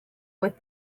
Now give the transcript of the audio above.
with